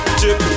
chip